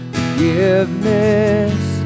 Forgiveness